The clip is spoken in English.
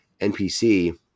NPC